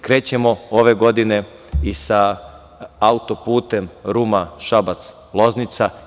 Krećemo ove godine i sa auto-putem Ruma – Šabac – Loznica.